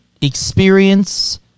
experience